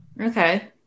Okay